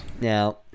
now